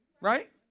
Right